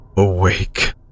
awake